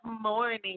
morning